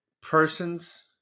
person's